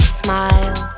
smile